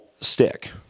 stick